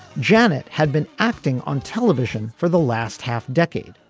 janet had been acting on television for the last half decade.